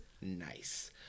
nice